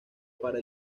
para